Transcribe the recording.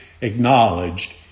acknowledged